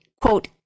quote